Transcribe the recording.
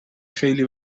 خیلی